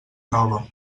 nova